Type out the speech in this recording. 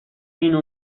اینو